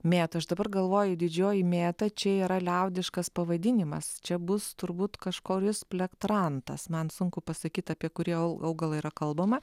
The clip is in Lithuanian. mėtų aš dabar galvoju didžioji mėta čia yra liaudiškas pavadinimas čia bus turbūt kažkuris plektrantas man sunku pasakyt apie kurį aul augalą yra kalbama